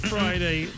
Friday